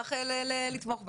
נשמח לתמוך בה.